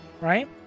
Right